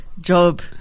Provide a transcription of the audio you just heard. job